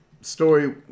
story